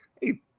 hey